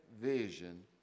vision